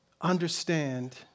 understand